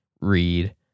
read